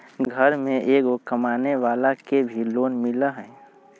घर में एगो कमानेवाला के भी लोन मिलहई?